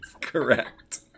Correct